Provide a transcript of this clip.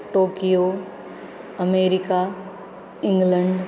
Tokyo America England